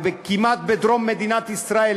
בדרום מדינת ישראל,